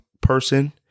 person